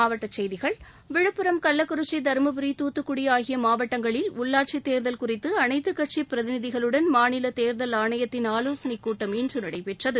மாவட்ட செய்திகள் விழுப்புரம் கள்ளக்குறிச்சி தருமபுரி தூத்துக்குடி ஈரோடு ஆகிய மாவட்டங்களில் உள்ளாட்சித் தேர்தல் குறித்து அனைத்துக் கட்சி பிரதிநிதிகளுடன் மாநில தேர்தல் ஆணையத்தின் ஆலோசனை கூட்டம் இன்று நடைபெற்றது